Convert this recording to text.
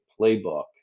playbook